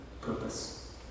purpose